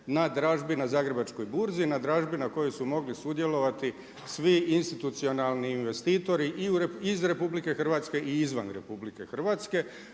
na dražbi na Zagrebačkoj burzi na dražbi na kojoj su mogli sudjelovati svi institucionalni investitori iz RH i izvan RH, svatko